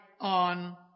on